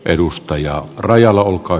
edustaja raija laukka